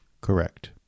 Correct